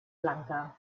blanca